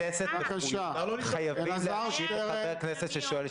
כנסת שאומרים כך או X חברי כנסת בעלי זיקה שאומרים